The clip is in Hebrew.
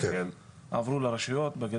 מאה ושש עשרה מיליון שקל עברו לרשויות.